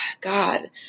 God